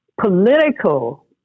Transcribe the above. political